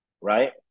right